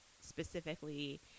specifically